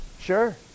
Sure